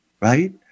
right